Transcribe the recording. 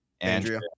Andrea